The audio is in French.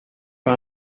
pas